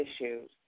issues